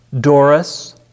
Doris